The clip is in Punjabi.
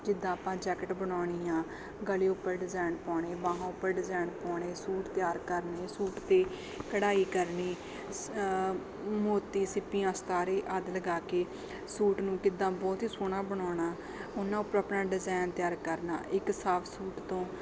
ਜਿੱਦਾਂ ਆਪਾਂ ਜੈਕਟ ਬਣਾਉਣੀ ਆ ਗਲੇ ਉੱਪਰ ਡਿਜ਼ਾਇਨ ਪਾਉਣੇ ਬਾਹਾਂ ਉੱਪਰ ਡਿਜਾਇਨ ਪਾਉਣੇ ਸੂਟ ਤਿਆਰ ਕਰਨੇ ਸੂਟ 'ਤੇ ਕਢਾਈ ਕਰਨੀ ਮੋਤੀ ਸਿੱਪੀਆਂ ਸਿਤਾਰੇ ਆਦਿ ਲਗਾ ਕੇ ਸੂਟ ਨੂੰ ਕਿੱਦਾਂ ਬਹੁਤ ਹੀ ਸੋਹਣਾ ਬਣਾਉਣਾ ਉਹਨਾਂ ਉੱਪਰ ਆਪਣਾ ਡਿਜ਼ਾਇਨ ਤਿਆਰ ਕਰਨਾ ਇੱਕ ਸਾਫ ਸੂਟ ਤੋਂ